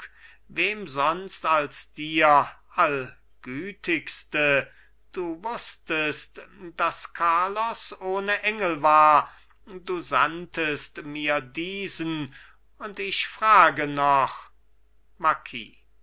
wem sonst als dir allgütigste du wußtest daß carlos ohne engel war du sandtest mir diesen und ich frage noch